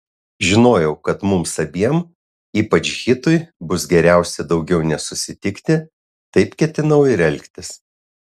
žinojau kad mums abiem ypač hitui bus geriausia daugiau nesusitikti taip ketinau ir elgtis